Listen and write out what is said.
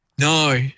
No